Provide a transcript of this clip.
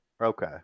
Okay